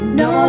no